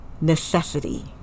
necessity